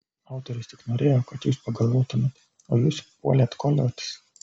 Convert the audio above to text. autorius tik norėjo kad jūs pagalvotumėt o jūs puolėt koliotis